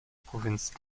provinz